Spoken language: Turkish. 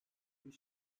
bir